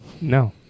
No